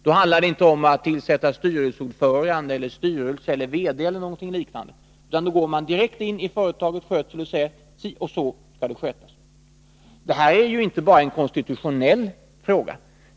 Då handlar det inte om att tillsätta styrelseordförande, styrelse, VD eller någonting liknande, utan då går han direkt in i företagets skötsel och säger: Si och så skall det skötas! Det här är inte bara en konstitutionell fråga.